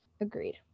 Agreed